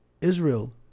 Israel